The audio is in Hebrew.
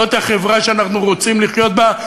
זו החברה שאנחנו רוצים לחיות בה,